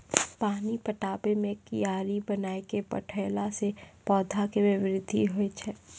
पानी पटाबै मे कियारी बनाय कै पठैला से पौधा मे बृद्धि होय छै?